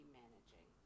managing